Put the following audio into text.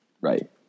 Right